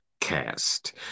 cast